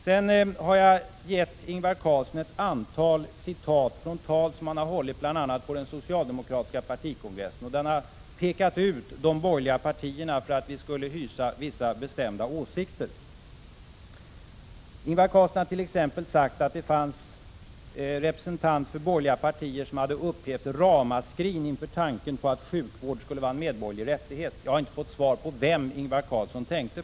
Jag har givit Ingvar Carlsson ett antal citat från tal som han har hållit, bl.a. på den socialdemokratiska partikongressen, där han har pekat ut de borgerliga partierna för att hysa vissa bestämda åsikter. Ingvar Carlsson har t.ex. sagt att representanter för borgerliga partier har uppgivit ramaskrin inför tanken på att sjukvården skulle vara en medborgerlig rättighet. Jag har inte fått svar på vem Ingvar Carlsson tänkte på.